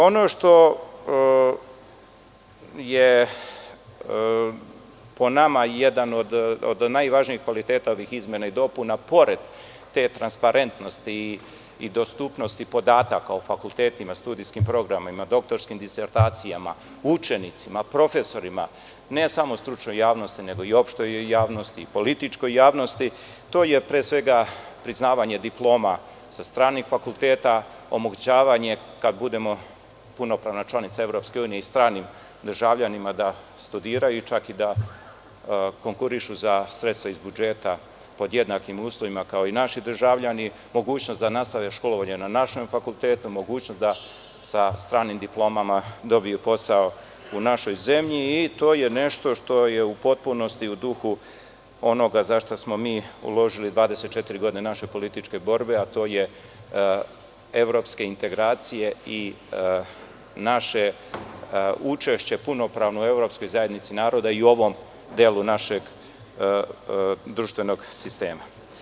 Ono što je po nama jedan od najvažnijih kvaliteta ovih izmena i dopuna, pored te transparentnosti i dostupnosti podataka o fakultetima, studijskim programima, doktorskim disertacijama, učenicima, profesorima, ne samo stručnoj javnosti, nego i opštoj i političkoj javnosti, to je pre svega priznavanje diploma sa stranih fakulteta, omogućavanje, kada budemo punopravna članica EU, i stranim državljanima da studiraju i čak da konkurišu za sredstva iz budžeta pod jednakim uslovima kao i naši državljani i mogućnost da nastave školovanje na našem fakultetu, mogućnost da sa stranim diplomama dobiju posao u našoj zemlji i to je nešto što je u potpunosti u duhu onoga za šta smo uložili 24 godine naše političke borbe, a to je evropske integracije i naše učešće punopravno u evropskoj zajednici naroda i u ovom delu našeg društvenog sistema.